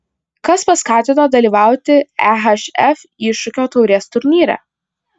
kas paskatino dalyvauti ehf iššūkio taurės turnyre